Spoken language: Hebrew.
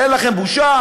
אין לכם בושה?